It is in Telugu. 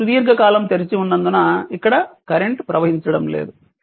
స్విచ్ సుదీర్ఘకాలం తెరిచి ఉన్నందున ఇక్కడ కరెంట్ ప్రవహించటం లేదు